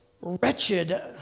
wretched